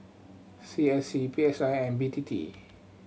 C S C P S I and B T T